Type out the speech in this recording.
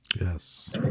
Yes